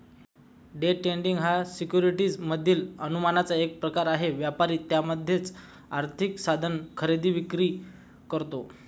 day trading हा securities मधील अनुमानाचा एक प्रकार आहे, व्यापारी त्यामध्येच आर्थिक साधन खरेदी विक्री करतो